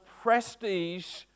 prestige